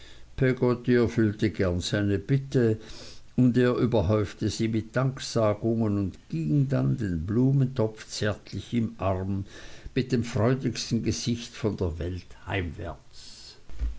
seine bitte und er überhäufte sie mit danksagungen und ging dann den blumentopf zärtlich im arm mit dem freudigsten gesicht von der welt heimwärts